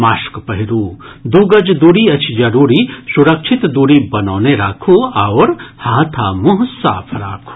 mask पहिरू दू गज दूरी अछि जरूरी सुरक्षित दूरी बनौने राखू आओर हाथ आ मुंह साफ राखू